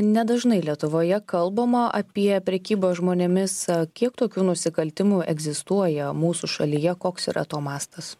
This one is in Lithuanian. nedažnai lietuvoje kalbama apie prekybą žmonėmis kiek tokių nusikaltimų egzistuoja mūsų šalyje koks yra to mastas